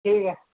ٹھیک ہے